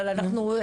אבל את המספרים,